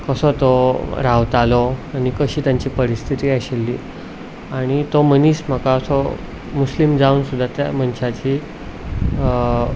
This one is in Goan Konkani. कसो तो रावतालो आनी कशी तांची परिस्थिती आशिल्ली आनी तो मनीस म्हाका असो मुस्लीम जावन सुद्दां त्या मनशाची